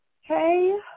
Hey